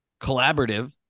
collaborative